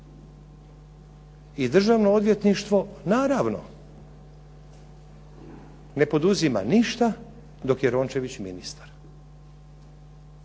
I Državno odvjetništvo naravno ne poduzima ništa dok je Rončević ministar.